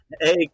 Hey